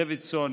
דוידסון,